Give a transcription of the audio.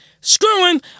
screwing